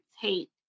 take